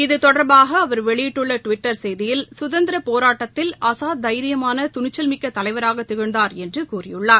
இது தொடர்பாக அவர் வெளியிட்டுள்ள டுவிட்டர் செய்தியில் சுதந்திரப் போராட்டத்தில் அஸாத் தைரியமான துணிச்சல்மிக்க தலைவராக திகழ்ந்தார் என்று கூறியுள்ளார்